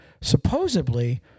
supposedly